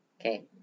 Okay